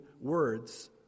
words